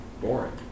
boring